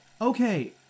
okay